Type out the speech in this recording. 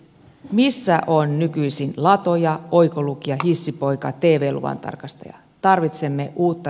missä on nykyisin latoja oikolukija hissipoika tv luvan tarkastaja